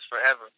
forever